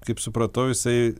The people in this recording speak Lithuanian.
kaip supratau jisai